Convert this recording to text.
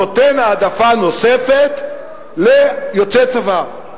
נותן העדפה נוספת ליוצא צבא.